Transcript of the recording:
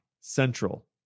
Central